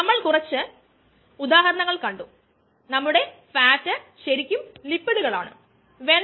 2 P 30 degree സിയിൽ breakdown പഠിക്കുകയും batch സാഹചര്യങ്ങളൽ ഇനിപ്പറയുന്ന ഡാറ്റ നേടുകയും ചെയ്തു